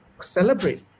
celebrate